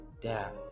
die